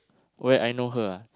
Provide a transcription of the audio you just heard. where I know her ah